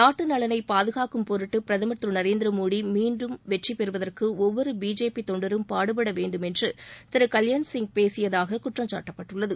நாட்டு நலனை பாதுகாக்கும் பொருட்டு பிரதுர் திரு நரேந்திர மோடி மீண்டும் வெற்றிபெறுவதற்கு ஒவ்வொரு பிஜேபி தொண்டரும் பாடுபட வேண்டும் என்று திரு கல்யாண்சிங் பேசியதாக குற்றம் சாட்டப்பட்டுள்ளது